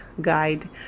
guide